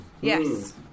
Yes